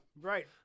right